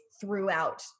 throughout